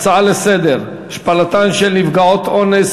הצעה לסדר-היום מס' 1026: השפלתן של נפגעות אונס